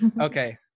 okay